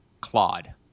Claude